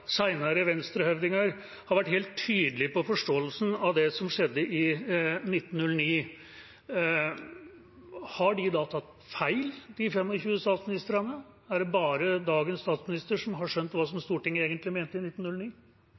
har vært helt tydelige på forståelsen av det som skjedde i 1909, så har 25 statsministere tatt feil? Er det bare dagens statsminister som har skjønt hva Stortinget egentlig mente i 1909?